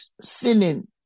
sinning